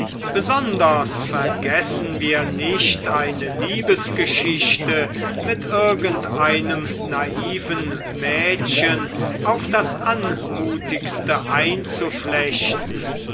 besonders vergessen wir nicht eine liebesgeschichte mit irgendeinem naiven mädchen auf das anmutigste einzuflechten